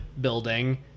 building